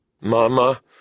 Mama